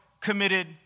committed